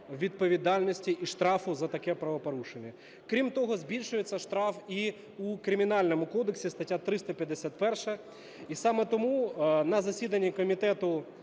відповідальності і штрафу за таке правопорушення. Крім того, збільшується штраф і у Кримінальному кодексі, стаття 351. І саме тому на засіданні Комітету